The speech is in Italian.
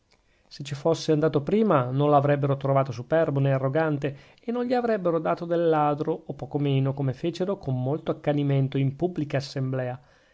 se ci fosse andato prima non lo avrebbero trovato superbo nè arrogante e non gli avrebbero dato del ladro o poco meno come fecero con molto accanimento in pubblica assemblea